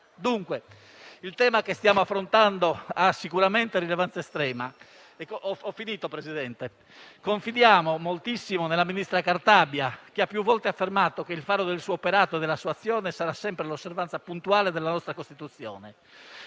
Dunque, il tema che stiamo affrontando ha sicuramente rilevanza estrema. Confidiamo moltissimo nella ministra Cartabia, che ha più volte affermato che il faro del suo operato e della sua azione sarà sempre l'osservanza puntuale della nostra Costituzione.